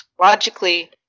Logically